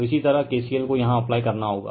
तो इसी तरह KCL को यहां अप्लाई करना होगा